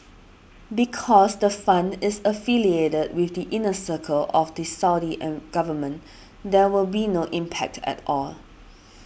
because the fund is affiliated with the inner circle of the Saudi government there will be no impact at all